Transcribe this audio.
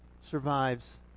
survives